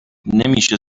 نمیشه